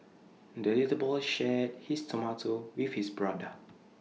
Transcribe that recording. the little boy shared his tomato with his brother